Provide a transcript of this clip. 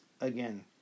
again